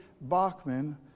Bachman